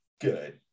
good